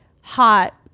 hot